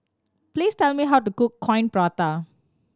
please tell me how to cook Coin Prata